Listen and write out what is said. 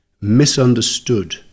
misunderstood